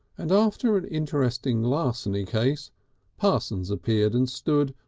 and after an interesting larceny case parsons appeared and stood,